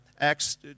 Acts